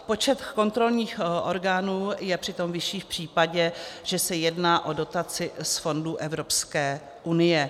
Počet kontrolních orgánů je přitom vyšší v případě, že se jedná o dotaci z fondů Evropské unie.